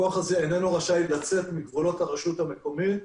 הכוח הזה אינו רשאי לצאת מגבולות הרשות המקומית,